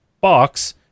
box